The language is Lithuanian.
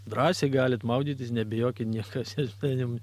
drąsiai galit maudytis nebijokit niekas jum